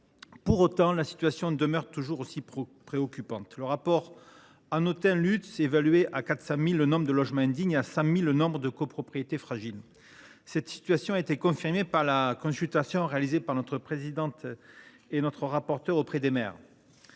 Pour autant, la situation demeure toujours aussi préoccupante. Le rapport Hanotin Lutz a évalué à 400 000 le nombre de logements indignes et à 100 000 le nombre de copropriétés fragiles. Cette situation a été confirmée par la consultation réalisée par notre présidente et notre rapporteure auprès des maires.